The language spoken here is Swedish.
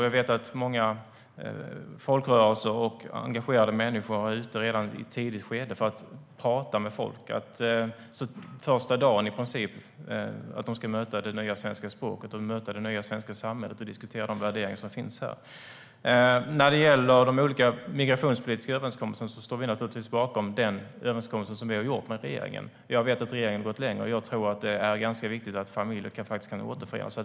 Jag vet att många folkrörelser och många engagerade människor är ute redan i tidigt skede för att prata med nyanlända, för att de i princip redan första dagen ska möta det nya, svenska, språket och det nya, svenska, samhället och kunna de värderingar som finns här. När det gäller de olika migrationspolitiska överenskommelserna står vi naturligtvis bakom den överenskommelse som vi har gjort med regeringen. Jag vet att regeringen har gått längre. Jag tror att det är viktigt att familjer kan återförenas.